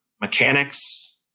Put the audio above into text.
mechanics